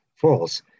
false